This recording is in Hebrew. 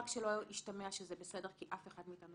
רק שלא ישתמע שזה בסדר כי אף אחד מאיתנו